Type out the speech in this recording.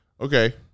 okay